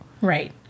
Right